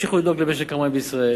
וימשיכו לדאוג למשק המים בישראל,